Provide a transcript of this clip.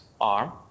arm